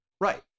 Right